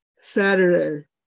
Saturday